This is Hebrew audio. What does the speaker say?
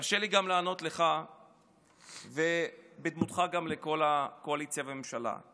תרשה לי גם לענות לך ובדמותך גם לכל הקואליציה והממשלה.